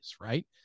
right